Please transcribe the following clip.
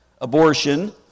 abortion